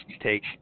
take